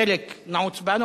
חלק נעוץ בנו,